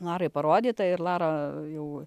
larai parodyta ir lara jau